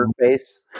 face